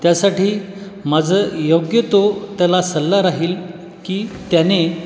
त्यासाठी माझं योग्य तो त्याला सल्ला राहील की त्याने